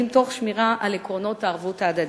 תוך שמירה על עקרונות הערבות ההדדית.